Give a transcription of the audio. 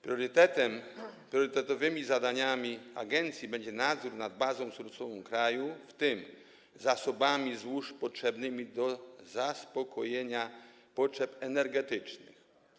Priorytetowymi zadaniami agencji będzie nadzór nad bazą surowcową kraju, w tym zasobami złóż potrzebnymi do zaspokojenia potrzeb energetycznych.